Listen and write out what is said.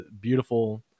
Beautiful